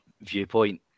viewpoint